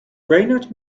brainerd